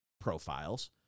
profiles